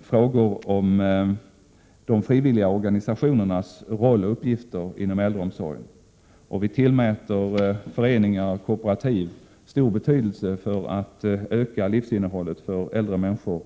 frågor om de Prot. 1987/88:126 frivilliga organisationernas roll och uppgifter inom äldreomsorgen. Vi 25 maj 1988 tillmäter insatser och verksamhet från föreningars och kooperativs sida stor betydelse för att öka livsinnehållet för äldre människor.